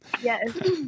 Yes